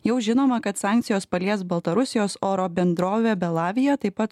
jau žinoma kad sankcijos palies baltarusijos oro bendrovę belavija taip pat